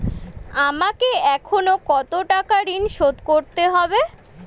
আমাকে এখনো কত টাকা ঋণ শোধ করতে হবে?